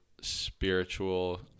spiritual